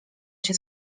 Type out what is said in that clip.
się